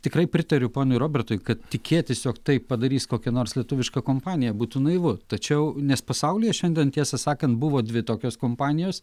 tikrai pritariu ponui robertui kad tikėtis jog tai padarys kokia nors lietuviška kompanija būtų naivu tačiau nes pasaulyje šiandien tiesą sakant buvo dvi tokios kompanijos